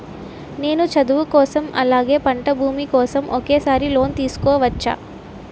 నేను చదువు కోసం అలాగే పంట భూమి కోసం ఒకేసారి లోన్ తీసుకోవచ్చా?